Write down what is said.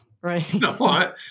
Right